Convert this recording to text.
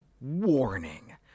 Warning